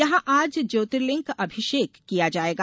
यहां आज ज्योतिर्लिंग का अभिषेक किया जायेगा